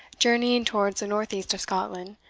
journeying towards the north-east of scotland,